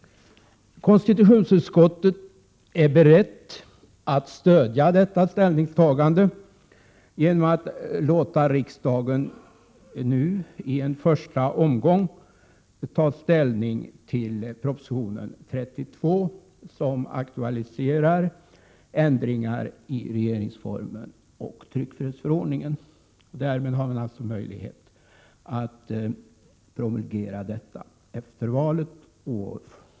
Konstitutionsutskottet är berett att stödja detta ställningstagande genom att låta riksdagen nu i en första omgång ta ställning till propositionen 32, som aktualiserar ändringar i regeringsformen och tryckfrihetsförordningen. Därmed har vi alltså möjlighet att promulgera detta efter valet.